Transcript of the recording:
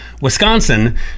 Wisconsin